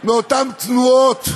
מאותן תנועות,